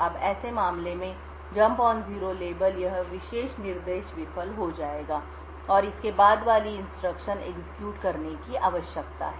अब ऐसे मामले में जंप ऑन जीरो लेबल यह विशेष निर्देश विफल हो जाएगा और इसके बाद वाली इंस्ट्रक्शन एग्जीक्यूट करने की आवश्यकता है